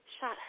Shot